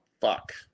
fuck